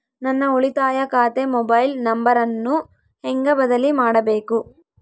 ನನ್ನ ಉಳಿತಾಯ ಖಾತೆ ಮೊಬೈಲ್ ನಂಬರನ್ನು ಹೆಂಗ ಬದಲಿ ಮಾಡಬೇಕು?